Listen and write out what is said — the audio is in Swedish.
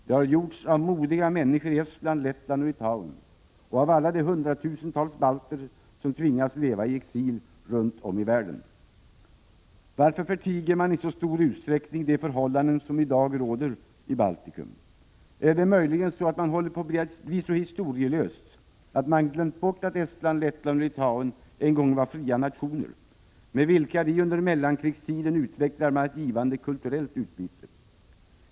Det har gjorts av modiga människor i Estland, Lettland och Litauen och av alla de hundratusentals balter som tvingas leva i exil runt om i världen. Varför förtiger man i så stor utsträckning de förhållanden som i dag råder i Balticum? Är det möjligen så att man håller på att bli så historielös att man glömt bort att Estland, Lettland och Litauen en gång var fria nationer, med vilka vi under mellankrigsåren utvecklat bl.a. ett givande kulturellt utbyte?